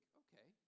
okay